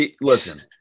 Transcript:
Listen